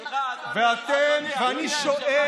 נכון, זאת המדינה הזאת ועל כך היא קמה.